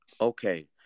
Okay